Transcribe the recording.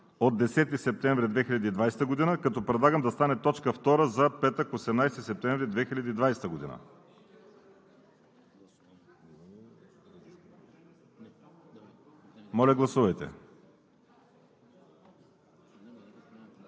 от 10 септември 2020 г., като предлагам да стане точка втора за петък, 18 септември 2020 г. Моля, гласувайте.